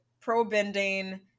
pro-bending